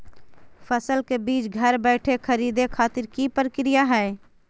फसल के बीज घर बैठे खरीदे खातिर की प्रक्रिया हय?